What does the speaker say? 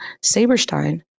Saberstein